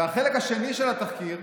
החלק השני של התחקיר,